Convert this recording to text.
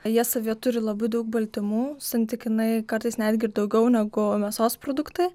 jie savyje turi labai daug baltymų santykinai kartais netgi ir daugiau negu mėsos produktai